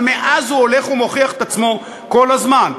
אבל מאז הוא הולך ומוכיח את עצמו כל הזמן.